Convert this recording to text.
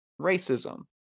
racism